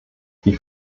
die